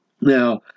Now